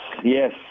Yes